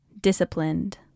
disciplined